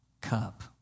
cup